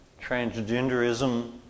transgenderism